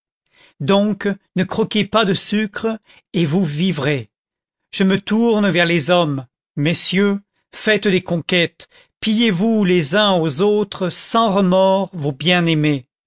donc ne croquez pas de sucre et vous vivrez je me tourne vers les hommes messieurs faites des conquêtes pillez vous les uns aux autres sans remords vos bien-aimées